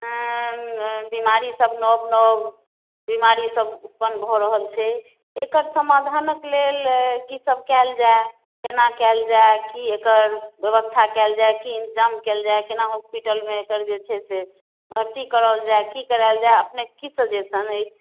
बिमारीसभ नव नव बिमारीसभ उत्पन्न भऽ रहल छै एकर समाधानक लेल कीसभ कयल जाय केना कयल जाय की एकर व्यवस्था कयल जाय की इन्तजाम कयल जाय केना हॉस्पिटलमे एकर जे छै से भर्ती कराओल जाय की कराएल जाय अपनेक की सजेशन अछि